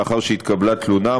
לאחר שהתקבלה תלונה,